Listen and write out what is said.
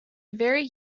very